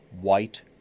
white